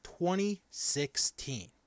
2016